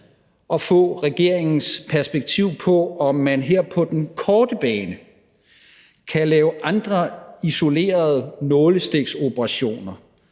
at få regeringens perspektiv på, om man her på den korte bane kan lave andre isolerede nålestiksoperationer